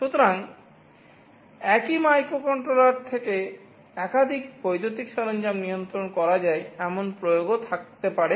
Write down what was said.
সুতরাং একই মাইক্রোকন্ট্রোলার থেকে একাধিক বৈদ্যুতিক সরঞ্জাম নিয়ন্ত্রণ করা যায় এমন প্রয়োগও থাকতে পারে